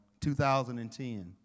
2010